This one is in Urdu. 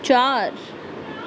چار